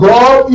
God